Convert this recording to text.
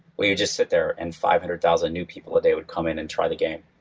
where just sit there and five hundred thousand new people a day would come in and try the game.